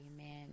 Amen